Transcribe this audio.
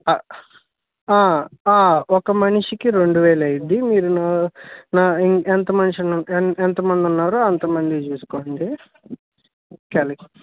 ఒక మనిషికి రెండు వేలు అయిద్ది మీరు ఎంత మనిషి ఎంత మంది ఉన్నారో అంతమందికి చూసుకోండి కాలిక్